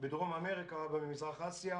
בדרום אמריקה ובמזרח אסיה.